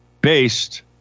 based